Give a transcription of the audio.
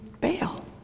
bail